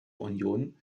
union